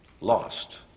lost